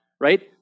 right